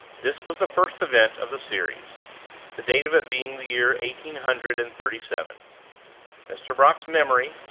this was the first event of the series the date of it being the year eighteen hundred and thirty-seven. mr. brock's memory,